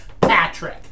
Patrick